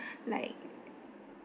like